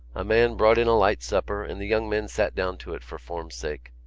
a man brought in a light supper, and the young men sat down to it for form's sake.